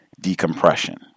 decompression